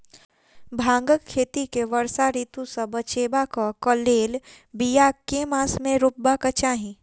भांगक खेती केँ वर्षा ऋतु सऽ बचेबाक कऽ लेल, बिया केँ मास मे रोपबाक चाहि?